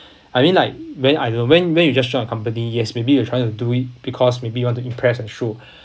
I mean like when I don't know when when you just show your company yes maybe you are trying to do it because maybe you want to impress or show